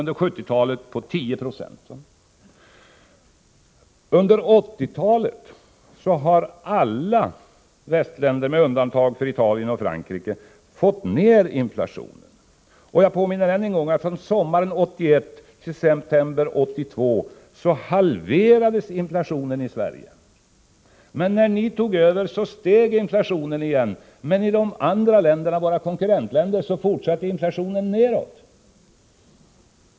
Under 1980-talet har alla västländer med undantag av Italien och Frankrike fått ned inflationen. Jag påminner än en gång om att från sommaren 1981 till september 1982 halverades inflationen i Sverige! När ni tog över steg inflationen igen. Men i våra konkurrentländer fortsätter inflationen nedåt.